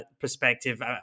perspective